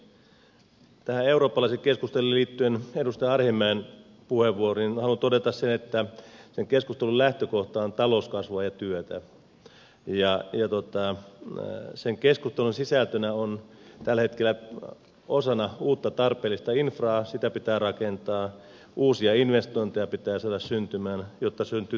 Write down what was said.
tähän eurooppalaiseen keskusteluun ja edustaja arhinmäen puheenvuoroon liittyen haluan todeta sen että sen keskustelun lähtökohta on talouskasvua ja työtä ja sen keskustelun sisältönä on tällä hetkellä että uutta tarpeellista infraa pitää rakentaa uusia investointeja pitää saada syntymään jotta syntyy työpaikkoja ja uutta talouskasvua